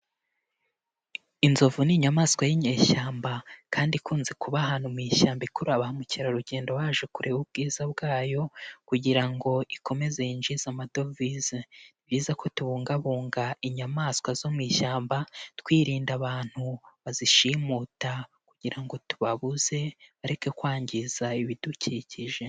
Inzovu ni inyamaswa y'inyeshyamba kandi ikunze kuba ahantu mu ishyamba ikurura ba mukerarugendo baje kureba ubwiza bwayo kugira ngo ikomeze yinjize amadovize, ni byiza ko tubungabunga inyamaswa zo mu ishyamba twirinda abantu bazishimuta kugira ngo ngo tubabuze bareke kwangiza ibidukikije.